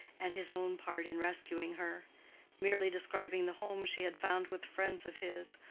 and his own part in rescuing her merely describing the home she had found with friends of his,